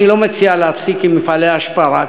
אני לא מציע להפסיק עם מפעלי ההתפלה,